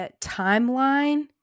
timeline